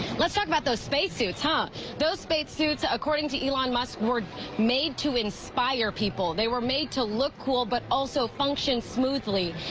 let's talk about the spacesuit tough those space suits. according to elon musk were made to inspire people they were made to look cool. but also function smoothly.